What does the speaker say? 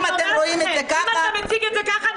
אם אתם רואים את זה ככה --- אם אתה מציג את זה ככה,